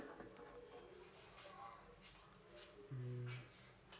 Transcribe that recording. mm